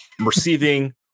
receiving